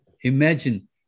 Imagine